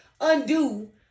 undo